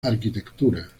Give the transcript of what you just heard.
arquitectura